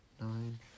nine